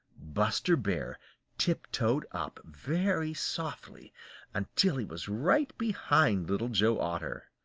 buster bear tiptoed up very softly until he was right behind little joe otter.